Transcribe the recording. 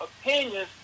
opinions